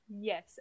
yes